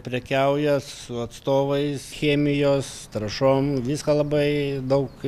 prekiauja su atstovais chemijos trąšom viską labai daug